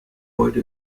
heute